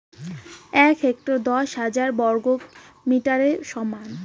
এক হেক্টর দশ হাজার বর্গমিটারের সমান